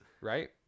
right